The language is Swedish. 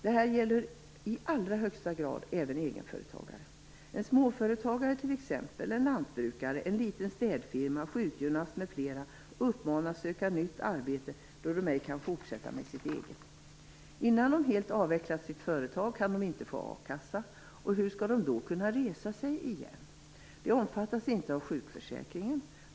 Detta gäller i allra högsta grad även egenföretagare. En småföretagare, t.ex. en lantbrukare, en liten städfirma eller en sjukgymnast, uppmanas söka nytt arbete då de inte kan fortsätta med sitt eget. Innan de helt avvecklat sitt företag kan de inte få a-kassa, och hur skall de då kunna resa sig igen? De omfattas inte av sjukförsäkringen.